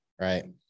right